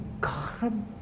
God